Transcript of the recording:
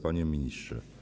Panie Ministrze!